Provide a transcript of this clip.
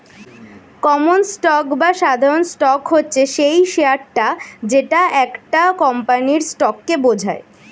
common stock বা সাধারণ stock হচ্ছে সেই শেয়ারটা যেটা একটা কোম্পানির স্টককে বোঝায়